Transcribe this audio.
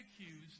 accused